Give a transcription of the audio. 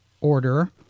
order